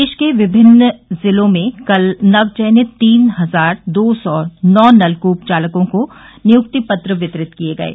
प्रदेश के विमिन्न जिलों में कल नव चयनित तीन हजार दो सौ नौ नलकूप चालकों को नियुक्ति पत्र वितरित किये गये